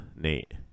nate